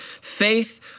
Faith